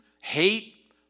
hate